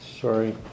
sorry